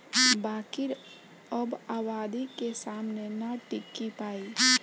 बाकिर अब आबादी के सामने ना टिकी पाई